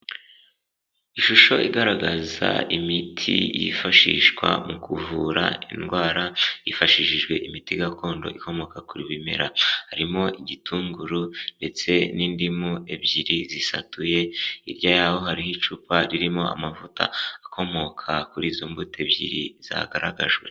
Ishusho igaragaza imiti yifashishwa mu kuvura indwara hifashishijwe imiti gakondo ikomoka ku bimera, harimo igitunguru ndetse n'indimu ebyiri zisatuye hirya yaho hariho icupa ririmo amavuta akomoka kuri izo mbuto ebyiri zagaragajwe.